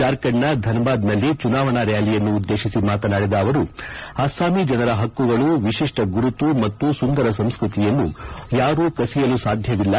ಜಾರ್ಖಂಡ್ನ ಧನ್ಬಾದ್ನಲ್ಲಿ ಚುನಾವಣಾ ರ್ತಾಲಿಯನ್ನು ಉದ್ದೇಶಿಸಿ ಮಾತನಾಡಿದ ಅವರು ಅಸ್ತಾಮಿ ಜನರ ಹಕ್ಕುಗಳು ವಿಶಿಷ್ಟ ಗುರುತು ಮತ್ತು ಸುಂದರ ಸಂಸ್ತತಿಯನ್ನು ಯಾರು ಕಸಿಯಲು ಸಾಧ್ಯವಿಲ್ಲ